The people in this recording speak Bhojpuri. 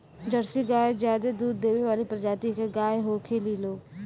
जर्सी गाय ज्यादे दूध देवे वाली प्रजाति के गाय होखेली लोग